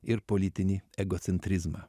ir politinį egocentrizmą